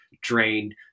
drained